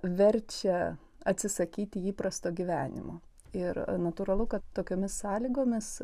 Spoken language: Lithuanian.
verčia atsisakyti įprasto gyvenimo ir natūralu kad tokiomis sąlygomis